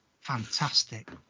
fantastic